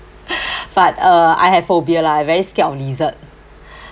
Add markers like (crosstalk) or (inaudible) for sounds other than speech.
(breath) but uh I have phobia lah I very scared of lizard (breath)